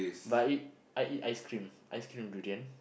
but I eat I eat ice-cream ice-cream durian